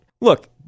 Look